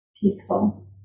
peaceful